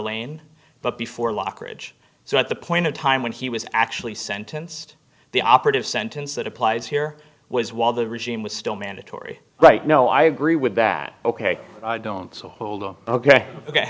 ine but before lockridge so at the point in time when he was actually sentenced the operative sentence that applies here was while the regime was still mandatory right no i agree with that ok so hold on ok ok